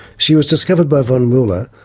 she was discovered by von mueller,